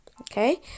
okay